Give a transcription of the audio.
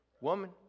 woman